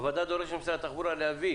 הוועדה דורשת ממשרד התחבורה להביא